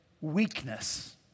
weakness